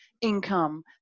income